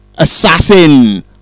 Assassin